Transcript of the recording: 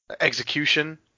execution